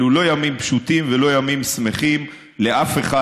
אלה לא ימים פשוטים ולא ימים שמחים לאף אחד.